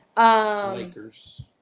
Lakers